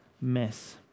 mess